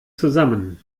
zusammen